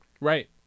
Right